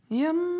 yum